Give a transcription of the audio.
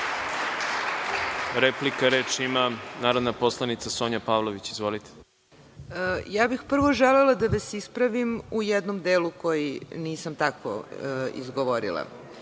reč ima narodna poslanica Sonja Pavlović. Izvolite. SONjA PAVLOVIĆ: Ja bih prvo želela da vas ispravim u jednom delu koji nisam tako izgovorila.